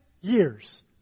years